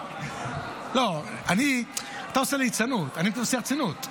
--- אתה עושה ליצנות, אני עונה ברצינות.